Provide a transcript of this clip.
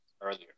earlier